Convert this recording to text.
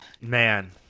man